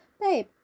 babe